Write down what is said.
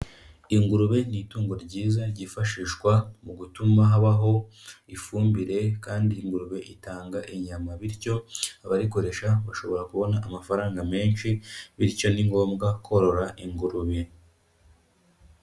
Ingurube ni itungo ryiza, ryifashishwa mu gutuma habaho ifumbire kandi ingurube itanga inyama, bityo abarikoresha bashobora kubona amafaranga menshi, bityo ni ngombwa korora ingurube.